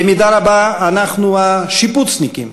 במידה רבה אנחנו השיפוצניקים,